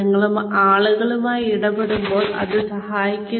നിങ്ങൾ ആളുകളുമായി ഇടപഴകുമ്പോൾ ഇത് സഹായിക്കുന്നു